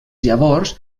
llavors